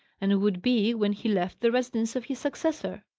and would be, when he left, the residence of his successor.